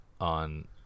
on